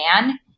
man